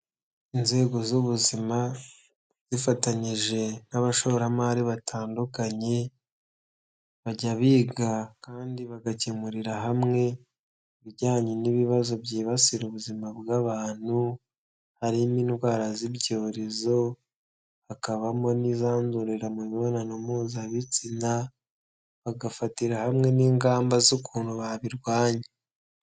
Inzego z'ubuzima zifatanyije n'abashoramari batandukanye bajya biga kandi bagakemurira hamwe ibijyanye n'ibibazo byibasira ubuzima bw'abantu harimo indwara z'ibyorezo hakabamo n'izandurira mu mibonano mpuzabitsina bagafatira hamwe n'ingamba z'ukuntu babirwanya.